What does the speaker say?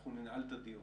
אנחנו ננעל את הדיון.